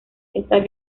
están